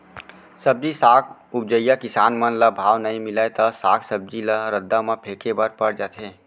सब्जी साग उपजइया किसान मन ल भाव नइ मिलय त साग सब्जी ल रद्दा म फेंके बर पर जाथे